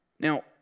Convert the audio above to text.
Now